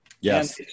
Yes